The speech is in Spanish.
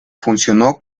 funcionó